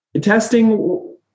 Testing